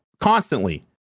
constantly